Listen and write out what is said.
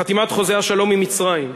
חתימת חוזה השלום עם מצרים.